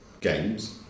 games